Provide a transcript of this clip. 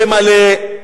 בפה מלא,